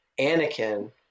Anakin